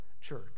church